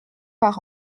par